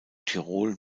tirol